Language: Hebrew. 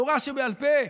תורה שבעל פה.